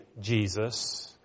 Jesus